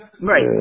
Right